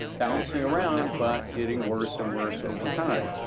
bouncing around but getting worse and worse over time.